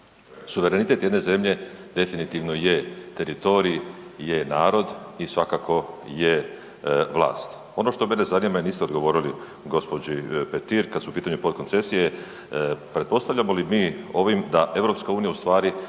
Suverenitet jedne zemlje definitivno je teritorij, je narod i svakako je vlast. Ono što mene zanima i niste odgovorili gospođi Petir kada su u pitanju potkoncesije. Pretpostavljamo li mi ovim da EU ustvari